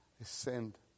ascend